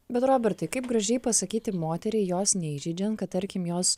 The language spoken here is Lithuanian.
bet robertai kaip gražiai pasakyti moteriai jos neįžeidžiant kad tarkim jos